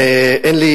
אין לי,